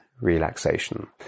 relaxation